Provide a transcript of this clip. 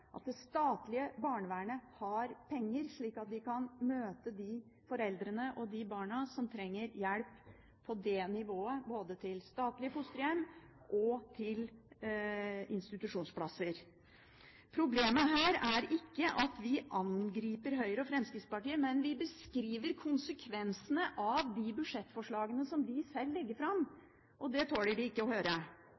at det statlige barnevernet har penger, slik at det kan møte de foreldrene og de barna som trenger hjelp på det nivået, både til statlige fosterhjem og til institusjonsplasser. Problemet her er ikke at vi angriper Høyre og Fremskrittspartiet, men vi beskriver konsekvensene av de budsjettforslagene de selv legger fram.